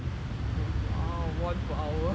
oh !wow! one per hour